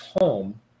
home